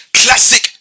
classic